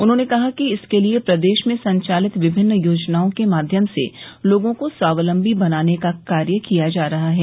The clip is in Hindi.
उन्होंने कहा कि इसके लिये प्रदेश में संचालित विभिन्न योजनाओं के माध्यम से लोगों को स्वावलम्बी बनाने का कार्य किया जा रहा है